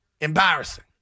Embarrassing